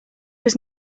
was